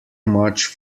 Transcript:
much